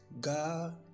God